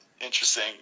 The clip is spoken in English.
interesting